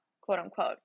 quote-unquote